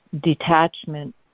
detachment